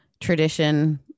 tradition